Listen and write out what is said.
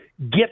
get